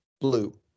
Blue